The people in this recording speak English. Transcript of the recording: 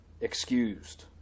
excused